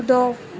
कूदो